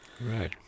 Right